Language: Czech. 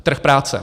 Trh práce.